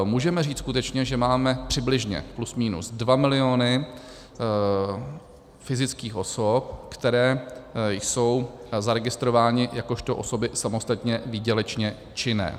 Můžeme říct skutečně, že máme přibližně plus minus 2 mil. fyzických osob, které jsou zaregistrovány jakožto osoby samostatně výdělečně činné.